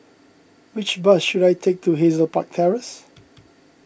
which bus should I take to Hazel Park Terrace